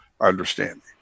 understanding